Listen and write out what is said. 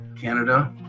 Canada